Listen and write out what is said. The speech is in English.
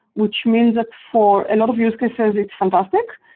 which means that for a lot of use cases, it's fantastic,